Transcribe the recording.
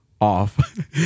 Off